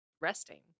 resting